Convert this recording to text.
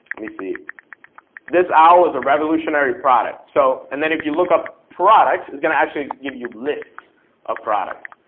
me see this owl is a revolutionary product so and then if you look up products is gonna actually give you lists of products.